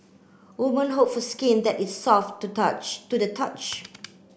woman hope for skin that is soft to touch to the touch